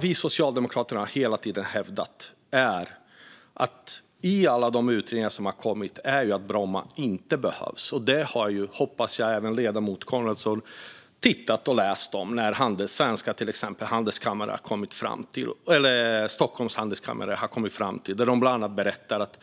Vi socialdemokrater har hela tiden hävdat att enligt alla de utredningar som har kommit behövs inte Bromma, och jag hoppas att även ledamoten Coenraads har läst till exempel vad Stockholms Handelskammare kommit fram till. De har bland annat berättat att